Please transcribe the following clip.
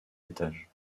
étages